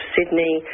Sydney